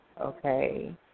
okay